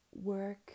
Work